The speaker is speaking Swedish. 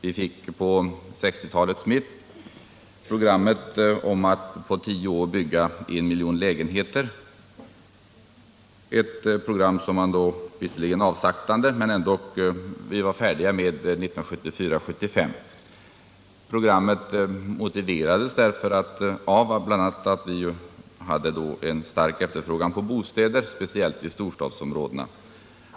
I mitten på 1960-talet kom programmet att på tio år bygga en miljon lägenheter — ett program som visserligen saktade av men som ändock var genomfört 1974-1975. Programmet motiverades av den stora efterfrågan på bostäder, speciellt i storstadsområdena.